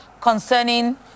concerning